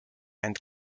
and